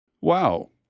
Wow